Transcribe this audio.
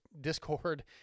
Discord